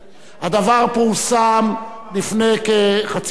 הדבר פורסם לפני כחצי שעה.